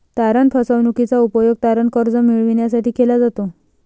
तारण फसवणूकीचा उपयोग तारण कर्ज मिळविण्यासाठी केला जातो